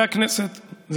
מים.